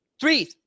Three